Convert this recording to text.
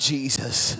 Jesus